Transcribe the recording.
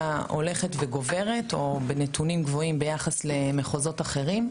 הולכת וגוברת או בנותנים גבוהים ביחס למחוזות אחרים,